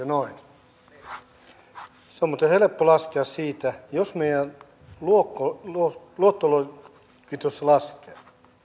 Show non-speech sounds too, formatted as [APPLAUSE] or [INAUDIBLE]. [UNINTELLIGIBLE] noin sata miljardia se on muuten helppo laskea että jos meidän luottoluokitus laskee